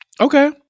Okay